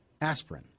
aspirin